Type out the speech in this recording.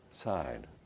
side